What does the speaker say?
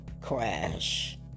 crash